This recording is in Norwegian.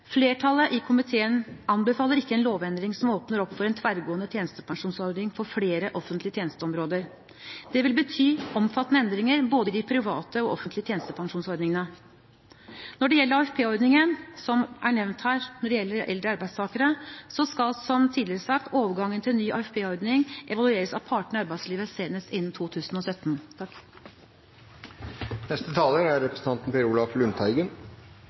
Flertallet i komiteen anbefaler ikke en lovendring som åpner opp for en tverrgående tjenestepensjonsordning for flere offentlige tjenesteområder. Det vil bety omfattende endringer både i de private og de offentlige tjenestepensjonsordningene. Når det gjelder AFP-ordningen, som er nevnt her, for eldre arbeidstakere, skal, som tidligere sagt, overgangen til ny AFP-ordning evalueres av partene i arbeidslivet senest innen 2017. Jeg vil også takke SV for å ha tatt opp en viktig sak. Pensjon er